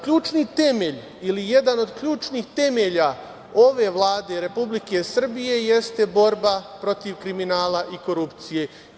Ključni temelj ili jedan od ključnih temelja ove Vlade Republike Srbije jeste borba protiv kriminala i korupcije.